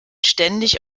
ständig